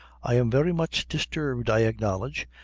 i am very much disturbed, i acknowledge,